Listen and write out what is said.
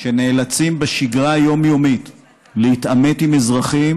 שנאלצים בשגרה היומיומית להתעמת עם אזרחים